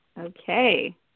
Okay